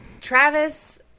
Travis